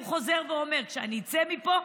הוא חוזר ואומר: כשאני אצא מפה,